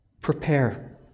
prepare